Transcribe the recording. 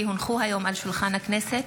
כי הונחו היום על שולחן הכנסת,